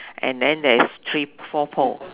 and then there is three four pole